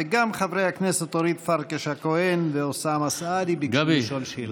וגם חברי הכנסת אורית פרקש הכהן ואוסאמה סעדי ביקשו לשאול שאלה.